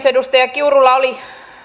edustaja kiurulla oli